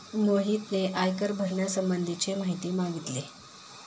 मोहितने आयकर भरण्यासंबंधीची माहिती मागितली